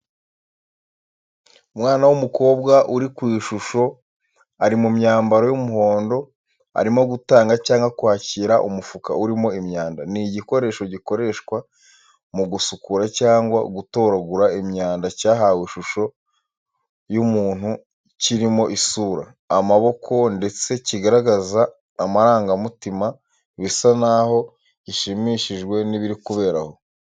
Umwana w’umukobwa uri ku ishusho ari mu myambaro y'umuhondo arimo gutanga cyangwa kwakira umufuka urimo imyanda. Ni igikoresho gikoreshwa mu gusukura cyangwa gutoragura imyanda cyahawe ishusho y’umuntu kirimo isura, amaboko, ndetse kigaragaza amarangamutima bisa n’aho gishimishijwe n’ibiri kubera aho.